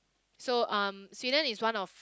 so um Sweden is one of